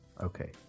Okay